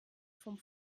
vom